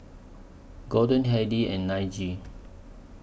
Gorden Heidi and Najee